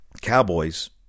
Cowboys